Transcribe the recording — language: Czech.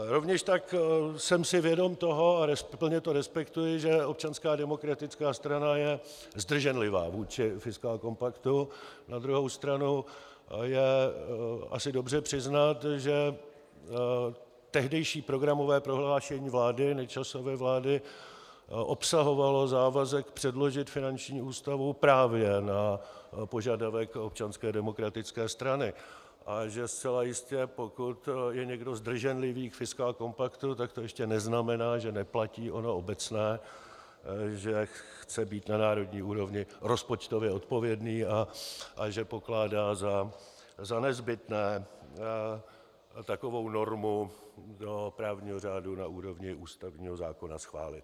Rovněž tak jsem si vědom toho a plně to respektuji, že Občanská demokratická strana je zdrženlivá vůči fiskálkompaktu, na druhou stranu je asi dobře přiznat, že tehdejší programové prohlášení vlády, Nečasovy vlády, obsahovalo závazek předložit finanční ústavu právě na požadavek Občanské demokratické strany a že zcela jistě, pokud je někdo zdrženlivý k fiskálkompaktu, tak to ještě neznamená, že neplatí ono obecné, že chce být na národní úrovni rozpočtově odpovědný a že pokládá za nezbytné takovou normu do právního řádu na úrovni ústavního zákona schválit.